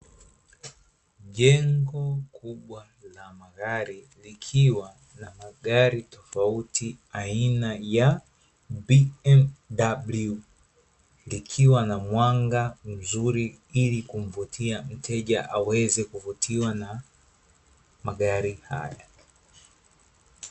Jengo kubwa la magari likiwa na magari tofauti aina ya "BMW|, likiwa na mwanga mzuri ili kumvutia mteja aweze kuvutiwa na magari haya.